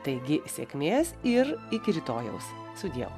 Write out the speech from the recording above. taigi sėkmės ir iki rytojaus sudieu